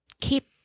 keep